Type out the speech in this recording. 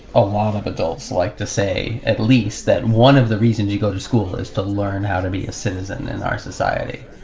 a lot of adults adults like to say at least that one of the reasons you go to school is to learn how to be a citizen in our society.